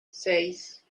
seis